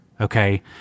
Okay